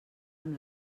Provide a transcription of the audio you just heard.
amb